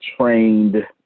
trained